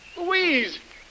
Louise